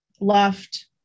left